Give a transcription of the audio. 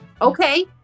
Okay